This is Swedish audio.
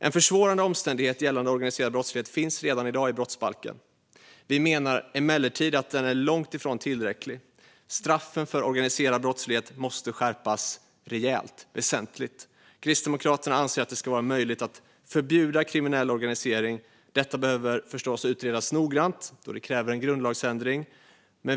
En försvårande omständighet gällande organiserad brottslighet finns redan i dag i brottsbalken. Vi menar emellertid att den är långt ifrån tillräcklig. Straffen för organiserad brottslighet måste skärpas väsentligt. Kristdemokraterna anser att det ska vara möjligt att förbjuda kriminell organisering, men detta behöver givetvis utredas noggrant då det kräver en grundlagsändring.